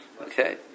okay